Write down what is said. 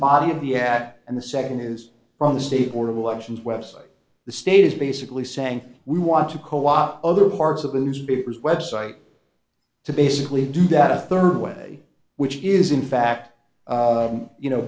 body of the at and the nd is from the state board of elections website the state is basically saying we want to co opt other parts of the newspaper's website to basically do that a rd way which is in fact you know